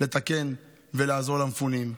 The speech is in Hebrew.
לתקן ולעזור למפונים.